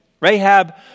Rahab